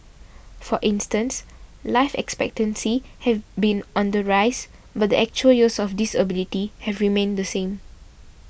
for instance life expectancy have been on the rise but the actual years of disability have remained the same